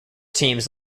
teams